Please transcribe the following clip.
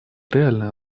реальную